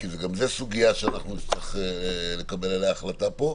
כי גם זו סוגיה שאנחנו נצטרך לקבל עליה החלטה פה,